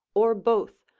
or both,